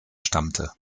stammte